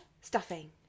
stuffing